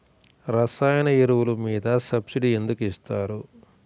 రసాయన ఎరువులు మీద సబ్సిడీ ఎందుకు ఇస్తారు?